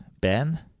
Ben